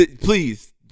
Please